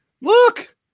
look